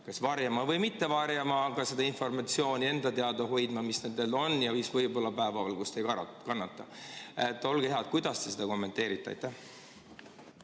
kas varjama või mitte varjama, aga seda informatsiooni enda teada hoidma, mis neil on ja mis päevavalgust ei kannata. Olge hea, kuidas te seda kommenteerite?